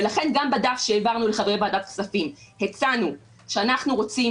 ולכן גם בדף שהעברנו לחברי ועדת הכספים הצענו שאנחנו רוצים